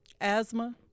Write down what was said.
Asthma